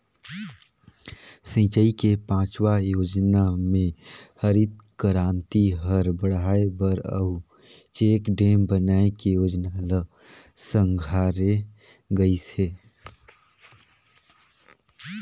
सिंचई के पाँचवा योजना मे हरित करांति हर बड़हाए बर अउ चेकडेम बनाए के जोजना ल संघारे गइस हे